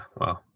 wow